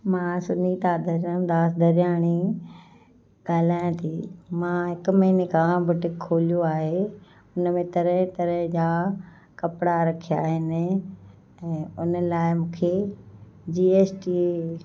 मां सुनिता धरमदास दरयाणी ॻाल्हायांती मां हिक महीने खां बुटीक खोलियो आहे हुन में तरह तरह जा कपिड़ा रखिया आहिनि ऐं उन लाइ मूंखे जीएसटी